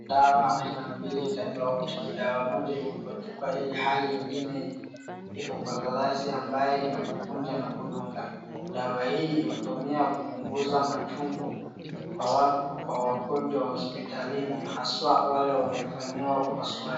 Dawa aina mbili tofauti. Dawa moja iko kwa chupa ilhali ingine iko kwa glasi ambayo ni ya kuvunja na kudunga. Dawa hii hutumiwa kupunguza machungu kwa wagonjwa hosiptalini haswa wale wamefanyiwa upasuaji.